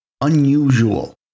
unusual